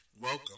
welcome